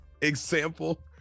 example